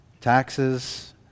taxes